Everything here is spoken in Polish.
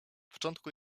początku